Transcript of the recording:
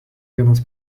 vienas